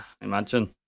Imagine